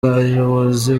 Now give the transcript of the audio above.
bayobozi